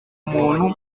umuntu